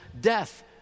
death